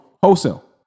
wholesale